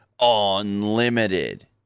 Unlimited